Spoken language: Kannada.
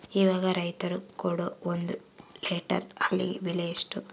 ಇವಾಗ ರೈತರು ಕೊಡೊ ಒಂದು ಲೇಟರ್ ಹಾಲಿಗೆ ಬೆಲೆ ಎಷ್ಟು?